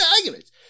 arguments